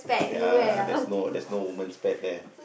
ya there's no there's no woman's pad there